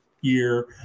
year